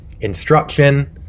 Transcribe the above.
instruction